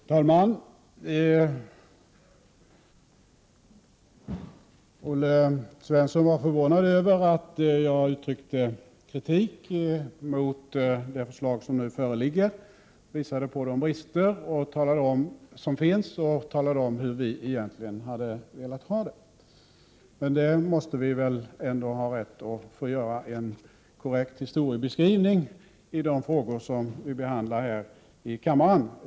Herr talman! Olle Svensson var förvånad över att jag uttryckte kritik mot det förslag som nu föreligger, visade på de brister som finns och talade om hur vi egentligen hade velat ha det. Vi måste väl ändå ha rätt att få göra en korrekt historieskrivning i de frågor som vi behandlar här i kammaren.